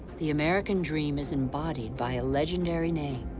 the american dream is embodied by a legendary name.